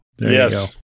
Yes